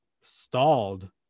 stalled